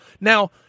Now